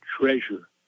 treasure